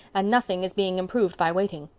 and nothing is being improved by waiting.